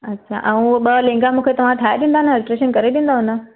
अच्छा ऐं उहो ॿ लेहंगा मूंखे तव्हां ठाहे ॾींदा न अल्ट्रेशन करे ॾींदव न